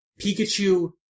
Pikachu